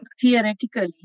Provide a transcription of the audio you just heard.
theoretically